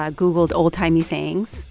ah googled old-timey sayings,